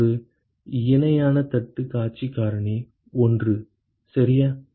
இது ஒரு இணையான தட்டுக் காட்சி காரணி 1 சரியா